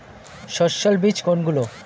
সস্যল বীজ কোনগুলো?